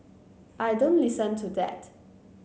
I don't listen to that